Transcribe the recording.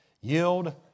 Yield